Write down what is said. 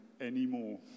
anymore